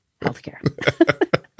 healthcare